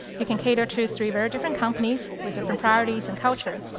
you can cater to three very different companies with different priorities and culture.